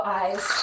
eyes